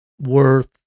worth